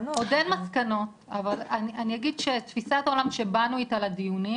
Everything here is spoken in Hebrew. אבל אני אגיד שתפיסת העולם שבאנו איתה לדיונים